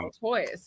toys